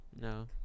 No